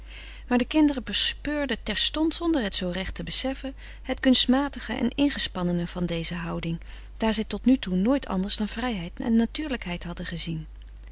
maar de kinderen bespeurden terstond zonder het zoo recht te beseffen het kunstmatige en ingespannene van deze houding daar zij tot nu toe nooit anders dan vrijheid en natuurlijkheid hadden gezien